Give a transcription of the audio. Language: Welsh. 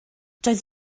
doedd